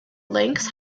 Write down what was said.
links